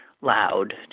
loud